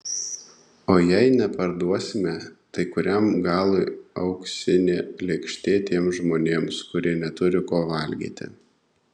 o jei neparduosime tai kuriam galui auksinė lėkštė tiems žmonėms kurie neturi ko valgyti